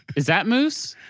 is that moose?